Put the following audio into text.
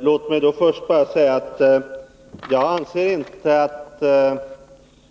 Herr talman! Låt mig först säga att jag anser inte att